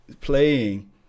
playing